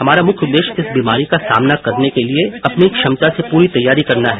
हमारा मुख्य उदेश्य इस बीमारी का सामना करने के लिए अपनी क्षमता से पूरी तैयारी करना है